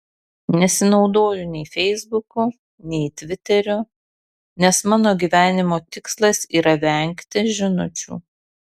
nesinaudoju nei feisbuku nei tviteriu nes mano gyvenimo tikslas yra vengti žinučių